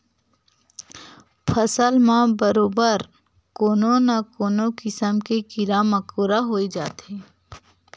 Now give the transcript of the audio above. फसल म बरोबर कोनो न कोनो किसम के कीरा मकोरा होई जाथे